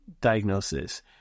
diagnosis